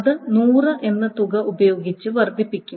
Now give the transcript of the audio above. അത് 100 എന്ന തുക ഉപയോഗിച്ച് വർദ്ധിപ്പിക്കും